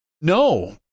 No